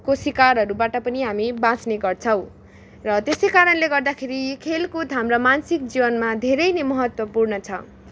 को शिकारहरूबाट पनि हामी बाँच्ने गर्छौँ र त्यसै कारणले गर्दाखेरि खेलकुद हाम्रा मान्सिक जीवनमा धेरै नै महत्वपूर्ण छ